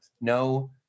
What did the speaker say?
no